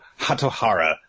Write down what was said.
Hatohara